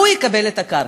הוא יקבל את הקרקע.